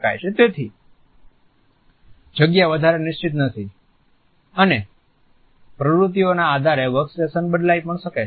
તેથી જગ્યા વધારે નિશ્ચીત નથી રહી અને પ્રવૃત્તિઓના આધારે વર્કસ્ટેશન બદલાઈ પણ શકે છે